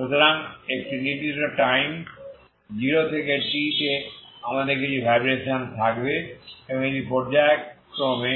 সুতরাং একটি নির্দিষ্ট টাইম 0 থেকে t তে আমাদের কিছু ভাইব্রেশন থাকবে এবং এটি পর্যায়ক্রমে